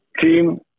Team